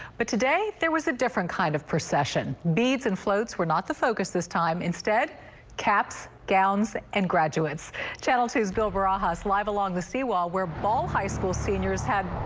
but today there was a different kind of procession beads and floats were not the focus this time instead caps gowns and graduates channel two's bill barajas live along the seawall where ball high school seniors had.